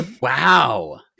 Wow